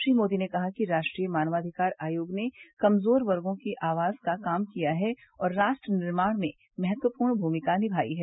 श्री मोदी ने कहा कि राष्ट्रीय मानवाधिकार आयोग ने कमजोर वर्गों की आवाज का काम किया है और राष्ट्र निर्माण में महत्वपूर्ण भूमिका निमाई है